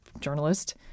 journalist